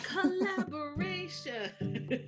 collaboration